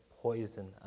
poison